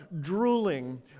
drooling